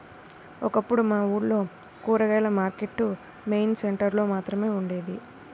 ఒకప్పుడు మా ఊర్లో కూరగాయల మార్కెట్టు మెయిన్ సెంటర్ లో మాత్రమే ఉండేది